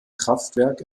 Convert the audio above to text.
kraftwerk